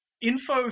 Info